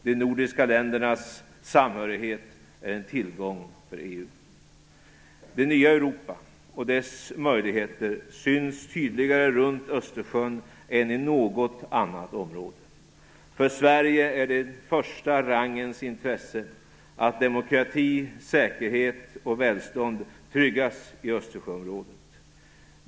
De nordiska ländernas samhörighet är en tillgång för EU. Det nya Europa och dess möjligheter syns tydligare runt Östersjön än i något annat område. För Sverige är det ett första rangens intresse att demokrati, säkerhet och välstånd tryggas i Östersjöområdet.